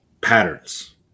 patterns